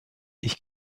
ich